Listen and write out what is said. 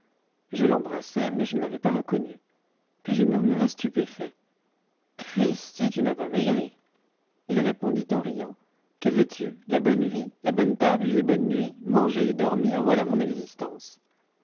je l'embrassai mais je ne l'avais pas reconnu puis je murmurai stupéfait cristi tu n'as pas maigri il répondit en riant que veux-tu la bonne vie la bonne table les bonnes nuits manger et dormir voilà mon existence